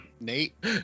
Nate